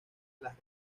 las